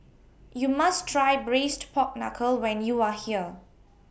YOU must Try Braised Pork Knuckle when YOU Are here